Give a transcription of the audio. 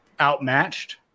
outmatched